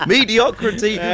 Mediocrity